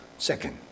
Second